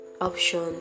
Option